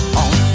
on